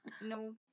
No